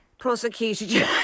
prosecuted